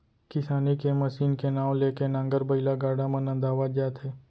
किसानी के मसीन के नांव ले के नांगर, बइला, गाड़ा मन नंदावत जात हे